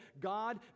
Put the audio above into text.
God